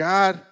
God